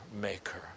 maker